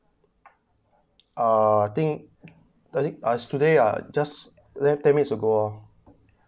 uh I think I think today uh just ten minutes ago ah